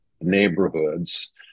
neighborhoods